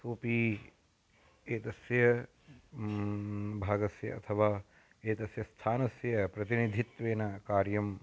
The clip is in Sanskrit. सोपि एतस्य भागस्य अथवा एतस्य स्थानस्य प्रतिनिधित्वेन कार्यं